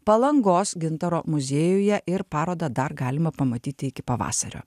palangos gintaro muziejuje ir parodą dar galima pamatyti iki pavasario